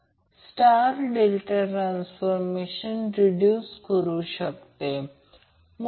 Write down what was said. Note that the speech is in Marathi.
म्हणून त्याचप्रमाणे Vcn अँगल 240° अँगल 120 o म्हणू शकतो